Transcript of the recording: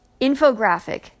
Infographic